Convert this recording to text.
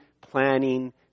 planning